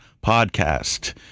podcast